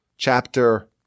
Chapter